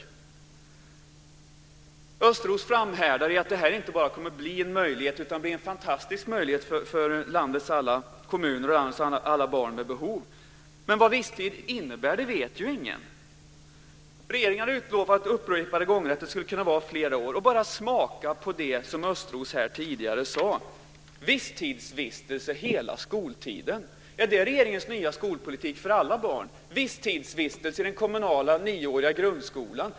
Östros framhärdar i att detta inte bara kommer att bli en möjlighet utan bli en fantastisk möjlighet för landets alla kommuner och alla barn med behov. Men vad visstid innebär vet ingen. Regeringen har upprepade gånger utlovat att det skulle kunna vara flera år. Och smaka bara på det som Östros sade här tidigare: visstidsvistelse hela skoltiden. Är det regeringens nya skolpolitik för alla barn, visstidsvistelse i den kommunala nioåriga grundskolan?